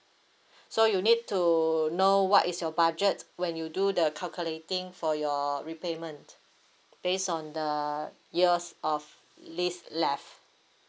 so you need to know what is your budget when you do the calculating for your repayment based on the years of lease left